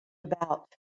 about